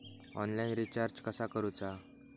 Online recharge कसा करूचा?